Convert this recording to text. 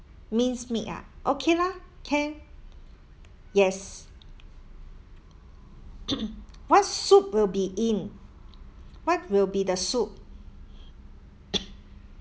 minced meat ah okay lah can yes what soup will be in what will be the soup